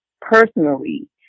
personally